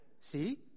See